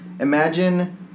Imagine